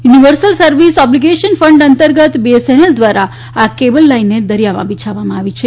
universal service obligation fund અંતર્ગત BSNL એ આ કેબલ લાઇનને દરિયામાં બીછાવવામાં આવી છે